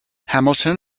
hamilton